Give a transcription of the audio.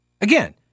Again